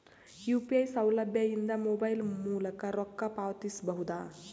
UPI ಸೌಲಭ್ಯ ಇಂದ mobile ಮೂಲಕ ರೊಕ್ಕ ಪಾವತಿಸ ಬಹುದಾ?